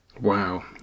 Wow